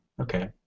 okay